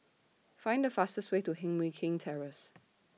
Find The fastest Way to Heng Mui Keng Terrace